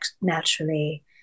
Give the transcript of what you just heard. naturally